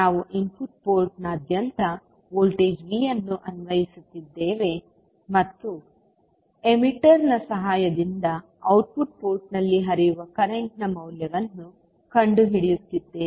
ನಾವು ಇನ್ಪುಟ್ ಪೋರ್ಟ್ನಾದ್ಯಂತ voltage V ಅನ್ನು ಅನ್ವಯಿಸುತ್ತಿದ್ದೇವೆ ಮತ್ತು ಎಮಿಟರ್ ನ ಸಹಾಯದಿಂದ ಔಟ್ಪುಟ್ ಪೋರ್ಟ್ನಲ್ಲಿ ಹರಿಯುವ ಕರೆಂಟ್ನ ಮೌಲ್ಯವನ್ನು ಕಂಡುಹಿಡಿಯುತ್ತೇವೆ